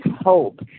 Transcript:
hope